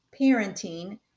parenting